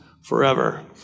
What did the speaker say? forever